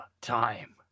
time